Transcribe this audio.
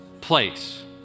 place